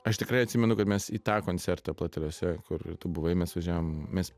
aš tikrai atsimenu kad mes į tą koncertą plateliuose kur ir tu buvai mes važiavom mes